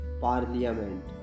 parliament